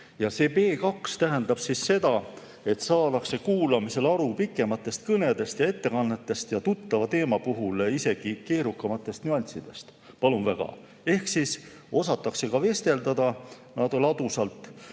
oskama. B2 tähendab seda, et saadakse kuulamisel aru pikematest kõnedest ja ettekannetest ning tuttava teema puhul isegi keerukamatest nüanssidest – palun väga! – ehk osatakse vestelda ladusalt,